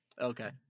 Okay